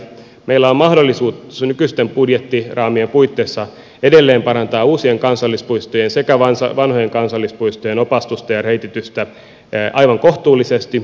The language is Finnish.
meillä on mahdollisuus nykyisten budjettiraamien puitteissa edelleen parantaa uusien kansallispuistojen sekä vanhojen kansallispuistojen opastusta ja reititystä aivan kohtuullisesti